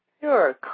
Sure